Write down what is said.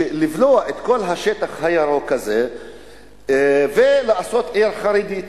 לבלוע את כל השטח הירוק הזה ולעשות עיר חרדית.